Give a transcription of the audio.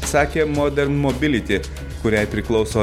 sakė modern mobility kuriai priklauso